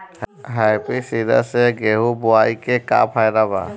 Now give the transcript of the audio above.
Happy seeder से गेहूं बोआई के का फायदा बा?